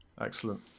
Excellent